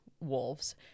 wolves